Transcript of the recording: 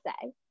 say